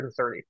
130